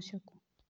जाएगी